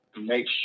make